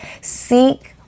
Seek